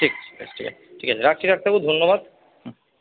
ঠিক আছে ঠিক ঠিক আছে রাখছি ডাক্তারবাবু ধন্যবাদ